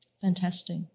Fantastic